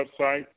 website